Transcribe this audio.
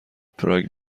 پراگ